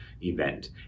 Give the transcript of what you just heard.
event